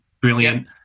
brilliant